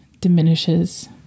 diminishes